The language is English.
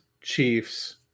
Chiefs